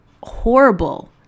horrible